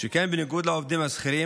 שכן בניגוד לעובדים השכירים,